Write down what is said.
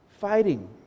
fighting